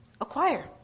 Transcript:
acquire